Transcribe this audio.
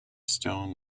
stone